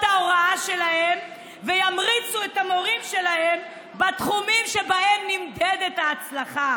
ההוראה שלהם וימריצו את המורים שלהם בתחומים שבהם נמדדת ההצלחה.